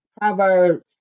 Proverbs